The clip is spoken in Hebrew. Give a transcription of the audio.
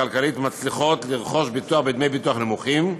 כלכלית מצליחות לרכוש ביטוח בדמי ביטוח נמוכים,